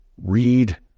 read